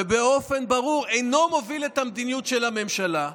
ובאופן ברור אינו מוביל את המדיניות של הממשלה,